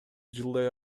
жылдай